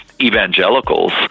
evangelicals